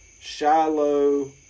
Shiloh